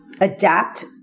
adapt